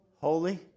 Holy